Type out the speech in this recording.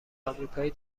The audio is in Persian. آمریکایی